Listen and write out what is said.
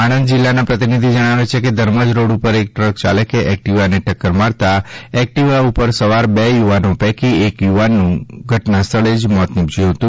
આણંદ જિલ્લાના પ્રતિનિધી જણાવે છે કે ધર્મજ રોડ ઉપર એક ટ્રક ચાલકે એક્ટિવાને ટક્કર મારતા એક્ટિવા ઉપર સવાર બે યુવાનો પૈકી એક યુવાનનું ઘટનાસ્થળે જ મોત નિપજયું હતું